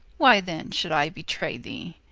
why then should i betray thee?